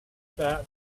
that